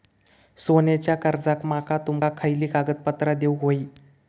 सोन्याच्या कर्जाक माका तुमका खयली कागदपत्रा देऊक व्हयी?